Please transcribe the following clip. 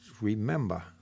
remember